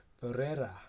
Ferreira